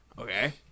Okay